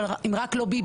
יש לאופוזיציה מספר בקשות.